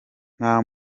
nta